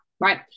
right